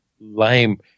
lame